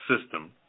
system